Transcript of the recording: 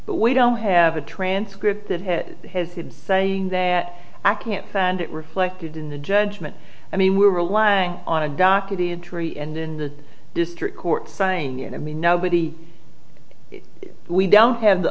but we don't have a transcript that has his head saying that i can't send it reflected in the judgment i mean we're relying on a documentary and then the district court sign yet i mean nobody we don't have the